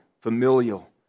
familial